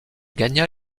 gagna